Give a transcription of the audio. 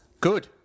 Good